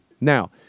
Now